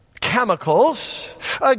chemicals